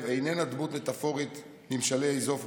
איננה דמות מטפורית ממשלי איזופוס,